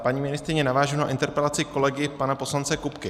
Paní ministryně, navážu na interpelaci kolegy pana poslance Kupky.